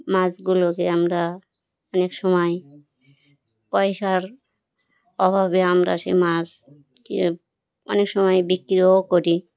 মাছগুলোকে আমরা অনেক সময় পয়সার অভাবে আমরা সে মাছকে অনেক সময় বিক্রিও করি